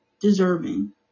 deserving